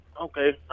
Okay